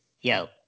yo